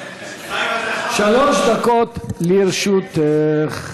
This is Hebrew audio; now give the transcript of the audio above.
שלוש דקות לרשותך.